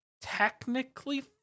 technically